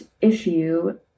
issue